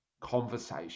conversation